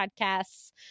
podcasts